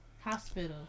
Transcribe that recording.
Hospital